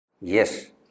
Yes